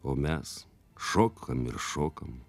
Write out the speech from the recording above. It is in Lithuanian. o mes šokam ir šokam